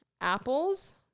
apples